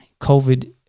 covid